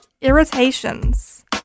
Irritations